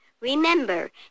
remember